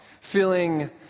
feeling